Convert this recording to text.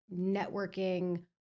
networking